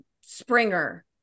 Springer